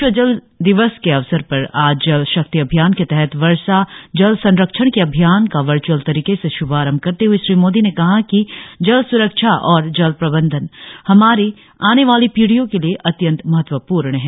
विश्व जल दिवस के अवसर पर आज जल शक्ति अभियान के तहत वर्षा जल संरक्षण के अभियान का वर्च्अल तरीके से श्भारंभ करते हए श्री मोदी ने कहा कि जल स्रक्षा और जल प्रबंधन हमारी आने वाली पीढ़ियों के लिए अत्यंत महत्वपूर्ण हैं